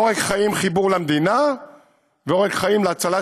עורק חיים חיבור למדינה ועורק חיים להצלת